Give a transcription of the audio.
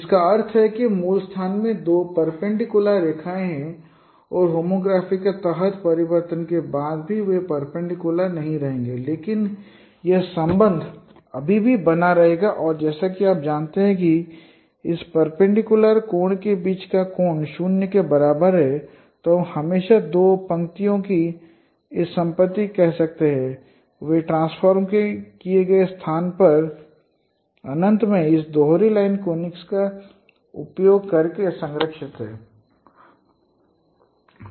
जिसका अर्थ है कि मूल स्थान में दो परपेंडिकुलर रेखाएं हैं और होमोग्राफी के तहत परिवर्तन के बाद भी वे परपेंडिकुलर नहीं रहेंगे लेकिन यह संबंध अभी भी बना रहेगा और जैसा कि आप जानते हैं कि इस लंबवत कोण के बीच का कोण 0 के बराबर है तो हम हमेशा दो पंक्तियों की इस orthogonality संपत्ति कह सकते हैं वे ट्रांसफ़ॉर्म किए गए स्थान पर अनंत में इस दोहरी लाइन कोनिक्स का उपयोग करके संरक्षित हैं